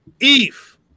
Eve